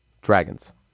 Dragons